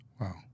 Wow